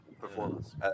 performance